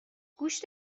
گوشت